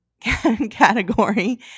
category